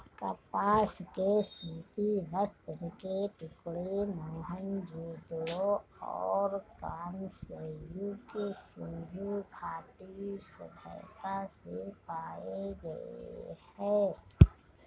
कपास के सूती वस्त्र के टुकड़े मोहनजोदड़ो और कांस्य युग सिंधु घाटी सभ्यता से पाए गए है